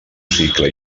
cicle